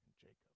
jacob